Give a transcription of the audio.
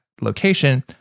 location